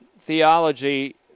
theology